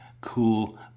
cool